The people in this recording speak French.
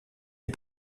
est